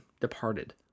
departed